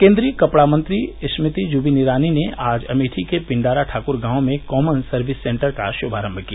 केन्द्रीय कपड़ा मंत्री स्मृति जुबिन ईरानी ने आज अमेठी के पिंडारा ठाकूर गांव में कॉमन सर्विस सेन्टर का शुभारम्भ किया